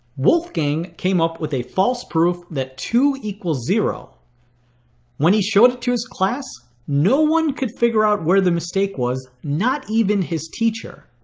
wolfgang came up with a false proof that two equals zero when he showed it to his class no one could figure out where the mistake was not even his teacher